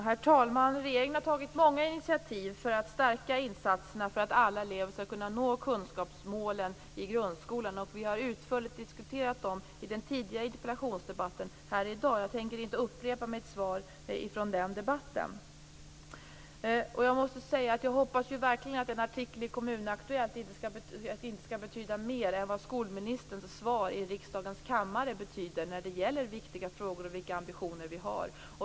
Herr talman! Regeringen har tagit många initiativ för att stärka insatserna för att alla elever skall kunna nå kunskapsmålen i grundskolan. Vi har utförligt diskuterat dem i den tidigare interpellationsdebatten här i dag. Jag tänker inte upprepa mitt svar från den debatten. Jag hoppas verkligen att en artikel i Kommun Aktuellt inte skall betyda mer än skolministerns svar i riksdagens kammare när det gäller viktiga frågor och vilka ambitioner vi har.